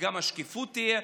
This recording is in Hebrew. וגם השקיפות תהיה,